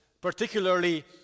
particularly